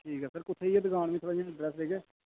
ठीक ऐ सर कुत्थें जेही ऐ दकान मिगी थोह्ड़ा जेहा अड्रैस देगे